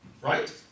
right